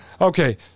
okay